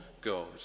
God